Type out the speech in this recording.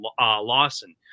Lawson